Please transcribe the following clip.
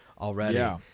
already